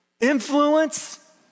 influence